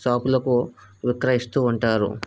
షాపులకు విక్రయిస్తూ ఉంటారు